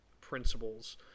principles